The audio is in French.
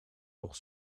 pour